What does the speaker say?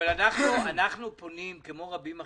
אבל אנחנו, כמו רבים אחרים,